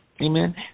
Amen